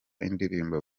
indirimbo